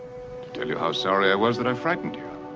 tell you how sorry i was that i frightened you.